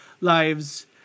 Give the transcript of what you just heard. lives